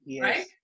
Right